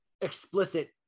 explicit